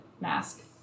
mask